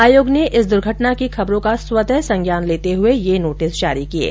आयोग ने इस दुर्घटना की खबरों का स्वतः संज्ञान लेते हुए ये नोटिस जारी किये हैं